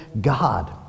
God